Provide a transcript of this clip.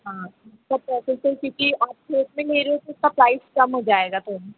हाँ आप थोक में ले रहे तो उसका प्राइस कम हो जाएगा थोड़ा